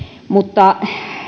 mutta